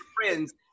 friends